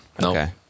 No